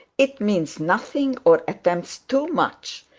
it means nothing, or attempts too much.